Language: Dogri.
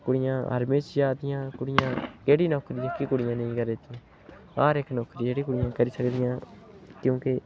कुड़ियां आर्मी च जा दियां कुड़ियां केह्ड़ी नौकरी जेह्की कुड़ियां निं करा दियां हर इक नौकरी जेह्ड़ी कुड़ियां करी सकदियां क्योंकि